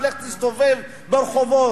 תלך ותסתובב ברחובות,